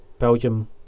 Belgium